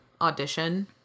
audition